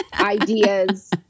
ideas